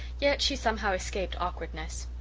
yet she somehow escaped awkwardness.